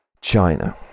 China